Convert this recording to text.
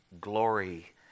glory